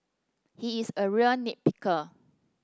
he is a real nit picker